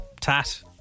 tat